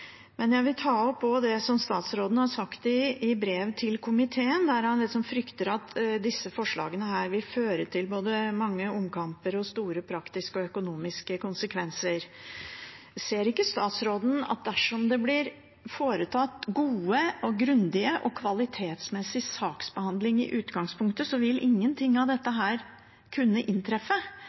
Men jeg vil også ta opp det statsråden har sagt i brev til komiteen, der han frykter at disse forslagene vil føre til både mange omkamper og store praktiske og økonomiske konsekvenser. Ser ikke statsråden at dersom det blir foretatt god, grundig og kvalitetsmessig saksbehandling i utgangspunktet, vil ingenting av dette kunne inntreffe?